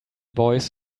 boys